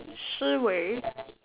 Shi Wei